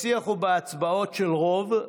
בשיח ובהצבעות של רוב,